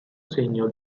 segno